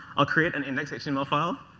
i'll create an index html file.